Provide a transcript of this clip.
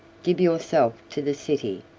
give yourself to the city,